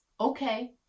okay